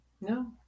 No